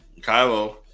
Kylo